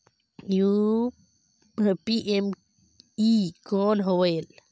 PME कौन होयल?